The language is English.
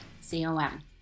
C-O-M